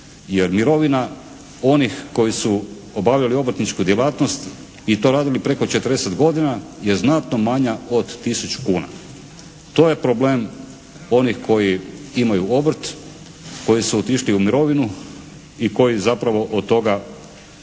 jer mirovina onih koji su obavljali obrtničku djelatnost i to radili preko 40 godina je znatno manja od tisuću kuna. To je problem onih koji imaju obrt, koji su otišli u mirovinu i koji zapravo od toga ne